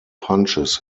punches